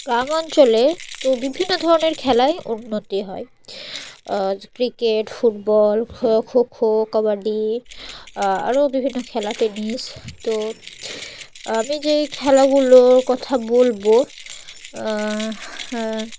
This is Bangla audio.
গ্রাম অঞ্চলে তো বিভিন্ন ধরনের খেলায় উন্নতি হয় ক্রিকেট ফুটবল খোখো কাবাডি আরও বিভিন্ন খেলা টেনিস তো আমি যেই খেলাগুলোর কথা বলবো